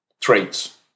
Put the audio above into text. traits